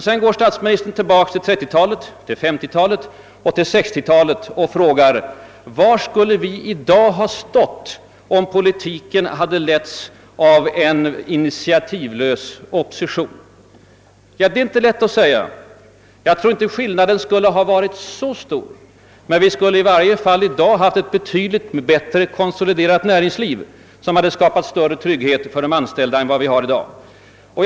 Sedan går statsministern tillbaka till 1930-, 1940 och 1950-talen och frågar var vi i dag skulle ha stått, om politiken hade letts av en »initiativlös opposition». Ja, det är inte lätt att säga. Jag tror dock inte att skillnaden skulle ha varit så stor, men vi skulle i varje fall i dag ha haft ett betydligt bättre konsoliderat näringsliv som hade skänkt större trygghet för de anställda än vad de i dag har.